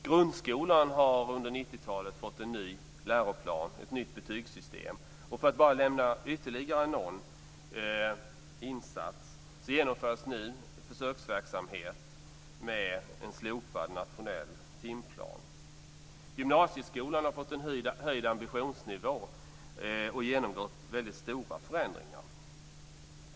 Grundskolan har under 90-talet fått en ny läroplan och ett nytt betygssystem. För att nämna ytterligare någon insats genomförs nu en försöksverksamhet med en slopad nationell timplan. Gymnasieskolan har fått en höjd ambitionsnivå och genomgått väldigt stora förändringar.